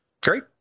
Great